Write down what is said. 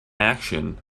action